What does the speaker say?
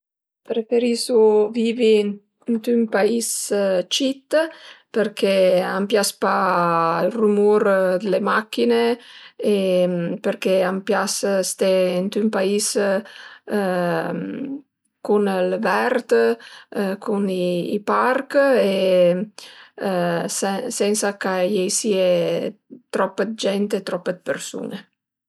Preferisu vivi ënt ün pais cit përché a m'pias pa ël rümur d'la machin-e përché a m'pias sté ënt ün pais cun ël vert cun i parch e sensa ch'a ie sìe trop 'd gent e trope persun-e